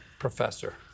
Professor